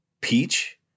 Peach